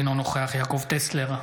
אינו נוכח יעקב טסלר,